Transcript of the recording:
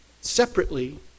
separately